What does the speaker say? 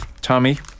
Tommy